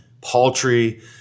paltry